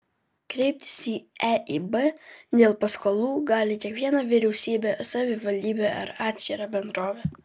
kreiptis į eib dėl paskolų gali kiekviena vyriausybė savivaldybė ar atskira bendrovė